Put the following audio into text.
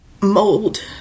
mold